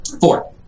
Four